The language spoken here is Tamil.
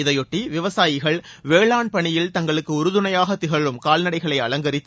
இதையொட்டி விவசாயிகள் வேளாண் பணியில் தங்களுக்கு உறுதுணையாக திகழும் கால்நடைகளை அலங்கரித்து